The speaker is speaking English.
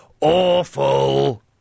awful